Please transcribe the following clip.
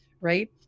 right